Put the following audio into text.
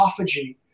autophagy